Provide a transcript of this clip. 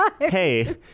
Hey